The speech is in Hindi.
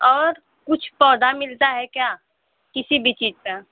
और कुछ पौधा मिलता है क्या किसी भी चीज़ का